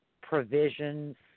provisions